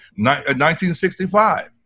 1965